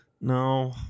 No